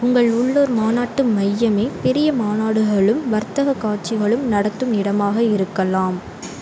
உங்கள் உள்ளூர் மாநாட்டு மையமே பெரிய மாநாடுகளும் வர்த்தகக் காட்சிகளும் நடத்தும் இடமாக இருக்கலாம்